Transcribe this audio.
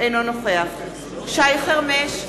אינו משתתף בהצבעה שי חרמש,